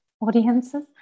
audiences